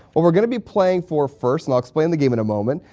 what we're going to be playing for first and i'll explain the game in a moment,